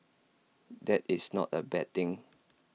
that is not A bad thing